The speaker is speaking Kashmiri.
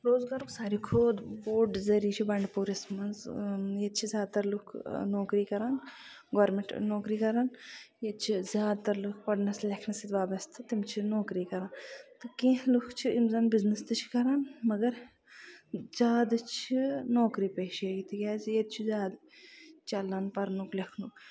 روزگارُک ساروی کھۄتہٕ بوٚڑ ذریعہِ چھُ بنڈپوٗرِس منٛز ییٚتہِ چھِ زیادٕ تَر لُکھ نوکری کران گورمینٹ نوکری کران ییٚتہِ چھِ زیادٕ تَر لُکھ پَرنَس لٮ۪کھنَس سۭتۍ وابستہٕ تِم چھِ نوکری کران تہٕ کیٚنہہ لُکھ چھِ یِم زَن بِزنِس تہِ چھِ کران مَگر زیادٕ چھِ نوکری پیشَے تِکیازِ ییٚتہِ چھُ زیادٕ چَلنُک پَرنُک لٮ۪کھنُک